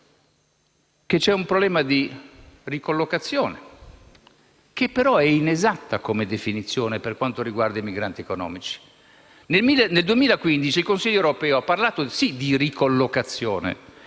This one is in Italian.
che c'è un problema di ricollocazione, che però è inesatta come definizione per quanto riguarda i migranti economici. Nel 2015, il Consiglio europeo ha parlato sì di ricollocazione,